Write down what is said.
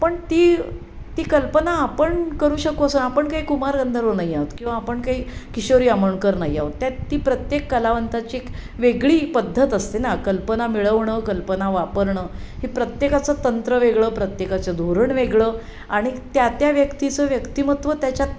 पण ती ती कल्पना आपण करू शकू असं आपण काही कुमार गंधार नाही आहोत किंवा आपण काही किशोरी आमोणकर नाही आहोत त्यात ती प्रत्येक कलावंताची एक वेगळी पद्धत असते ना कल्पना मिळवणं कल्पना वापरणं ही प्रत्येकाचं तंत्र वेगळं प्रत्येकाचं धोरण वेगळं आणि त्या त्या व्यक्तीचं व्यक्तिमत्व त्याच्यात